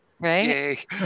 Right